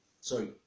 Sorry